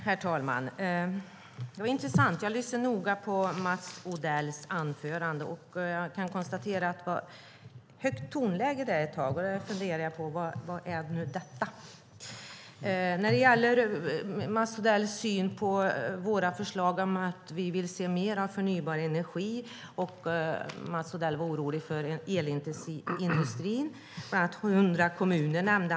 Herr talman! Jag lyssnade noga på Mats Odells anförande, och det var intressant. Jag kan konstatera att det var högt tonläge ett tag, och jag undrade: Vad är nu detta? När det gäller våra förslag om att vi vill se mer av förnybar energi var Mats Odell orolig för den elintensiva industrin. Han nämnde bland annat ett antal kommuner.